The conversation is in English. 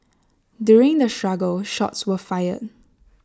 during the struggle shots were fired